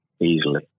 easily